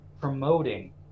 promoting